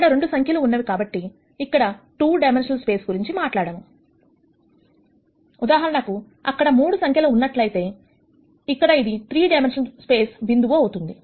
ఇక్కడ 2 సంఖ్యలు ఉన్నవి కాబట్టి ఇక్కడ 2 డైమెన్షనల్ స్పేస్ గురించి మాట్లాడాము ఉదాహరణకు అక్కడ 3 అంకెల ఉన్నట్లయితే ఇక్కడ ఇది 3 డైమెన్షన్ స్పేస్ బిందువు అవుతుంది